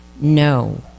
no